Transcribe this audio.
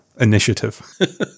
initiative